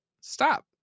Stop